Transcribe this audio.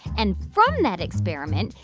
and from that experiment,